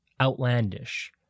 outlandish